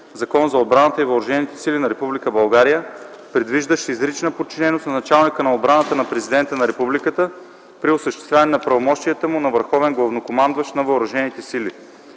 Закон за отбраната и въоръжените сили на Република България, предвиждащ изрична подчиненост на Началника на отбраната на Президента на Републиката при осъществяване на правомощията му на върховен главнокомандващ на въоръжените сили.